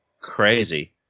crazy